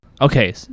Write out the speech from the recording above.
Okay